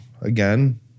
again